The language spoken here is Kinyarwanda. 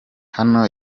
hano